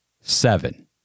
seven